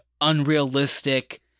unrealistic